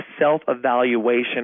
self-evaluation